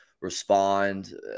respond